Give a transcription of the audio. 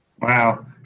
Wow